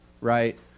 right